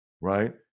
right